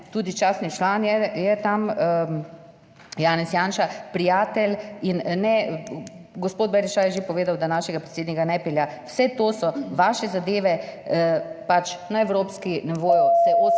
Tudi častni član je tam Janez Janša, prijatelj in ne gospod Berišaj, je že povedal, da našega predsednika ne pelja... Vse to so vaše zadeve pač, na evropskem nivoju se 80